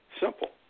Simple